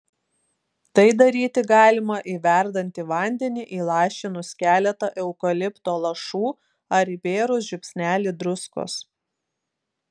tai daryti galima į verdantį vandenį įlašinus keletą eukalipto lašų ar įbėrus žiupsnelį druskos